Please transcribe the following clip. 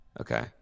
okay